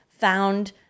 found